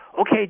okay